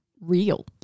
real